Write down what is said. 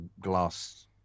glass